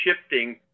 shifting